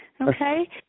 Okay